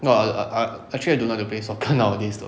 !wah! I I actually don't like to play soccer nowadays though